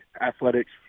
athletics